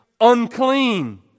unclean